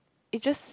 it just